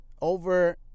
Over